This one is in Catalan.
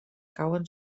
cauen